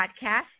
podcast